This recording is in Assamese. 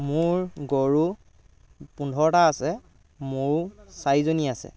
মোৰ গৰু পোন্ধৰটা আছে ম'হ চাৰিজনী আছে